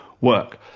work